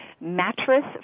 mattress